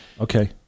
Okay